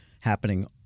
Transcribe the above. happening